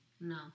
no